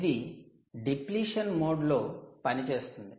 ఇది depletion mode లో పనిచేస్తుంది